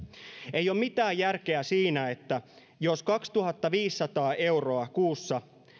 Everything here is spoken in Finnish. ei ole mitään järkeä siinä että jos kaksituhattaviisisataa euroa kuussa